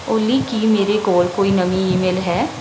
ਓਲੀ ਕੀ ਮੇਰੇ ਕੋਲ ਕੋਈ ਨਵੀਂ ਈਮੇਲ ਹੈ